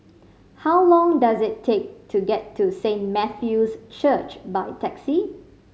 how long does it take to get to Saint Matthew's Church by taxi